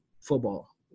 football